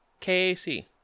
KAC